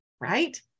right